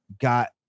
got